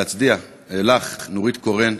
להצדיע לך; נורית קורן.